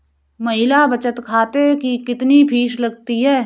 महिला बचत खाते की कितनी फीस लगती है?